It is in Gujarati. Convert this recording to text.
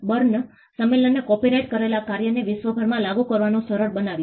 બર્ન સંમેલને કોપિરાઇટ કરેલા કાર્યોને વિશ્વભરમાં લાગુ કરવાનું સરળ બનાવ્યું